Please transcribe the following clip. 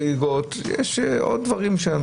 ניחא.